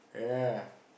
yeah